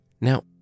Now